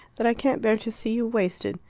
that i can't bear to see you wasted.